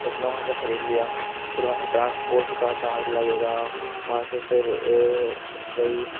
اس نے وہاں سے خرید لیا پھر وہاں سے ٹرانسپورٹ کا چارج لگے گا وہاں سے پھر وہی